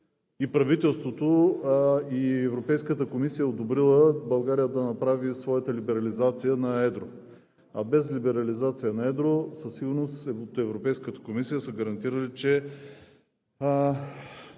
и правителството, и Европейската комисия е одобрила България да направи своята либерализация на едро. А без либерализация на едро със сигурност от Европейската комисия са гарантирали, че